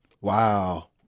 Wow